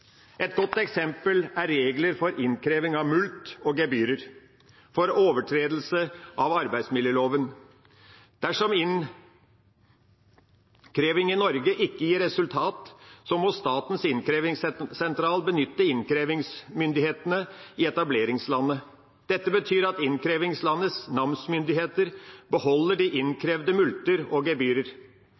Et godt eksempel er regler for innkreving av mulkt og gebyrer for overtredelse av arbeidsmiljøloven. Dersom innkreving i Norge ikke gir resultat, må Statens innkrevingssentral benytte innkrevingsmyndighetene i etableringslandet. Dette betyr at innkrevingslandets namsmyndigheter beholder de innkrevde mulkter og gebyrer.